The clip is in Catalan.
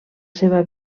seva